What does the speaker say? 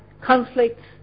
conflicts